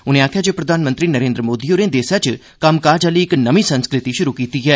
उनें गलाया जे प्रधानमंत्री नरेन्द्र मोदी होरें देसै च कम्मकाज आहली इक नमीं संस्कृति शुरु कीती ऐ